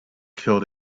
killed